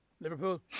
Liverpool